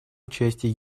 участии